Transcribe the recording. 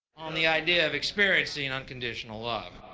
on the idea of experiencing unconditional love.